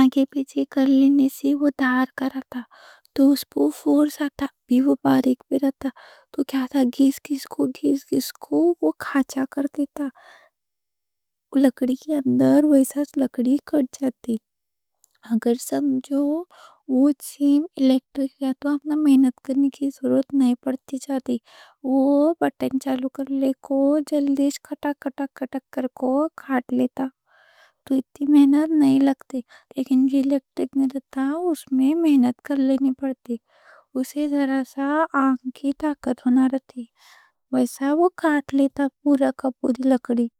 آگے پیچھے کر لینے سے وہ دھار کر رہتا۔ تو اُس پہ فورس آتا، بھی وہ باریک پہ رہتا۔ تو کیا ہوتا، گِس گِس کو، گِس گِس کو، وہ کھاچا کر دیتا لکڑی کے اندر۔ ویسا لکڑی کٹ جاتی۔ اگر سمجھو وہ چین سو الیکٹرک رہا تو اپنا محنت کرنے کی ضرورت نہیں پڑتی۔ وہ بٹن چالو کر لے کو، جلدیش کٹ کٹ کٹ کر کو کاٹ لیتا، تو اتنی محنت نہیں لگتی۔ لیکن اگر الیکٹرک نہیں رہتا تو اس میں محنت کر لینے پڑتی، اسے ذرا سا آنکھ کی طاقت ہونا رہتی، ویسا وہ کاٹ لیتا، پورا کپو دی لکڑی۔